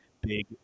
big